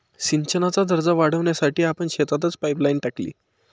सिंचनाचा दर्जा वाढवण्यासाठी आपण शेतातच पाइपलाइन टाकली